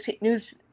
news